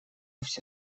все